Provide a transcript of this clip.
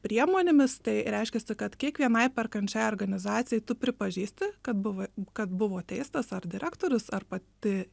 priemonėmis tai reiškiasi kad kiekvienai perkančiajai organizacijai tu pripažįsti kad buvai kad buvo teistas ar direktorius ar pati